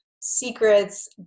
secrets